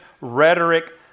rhetoric